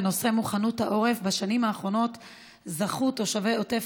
בנושא: מוכנות העורף: בשנים האחרונות זכו תושבי עוטף